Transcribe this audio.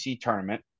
tournament